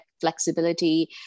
flexibility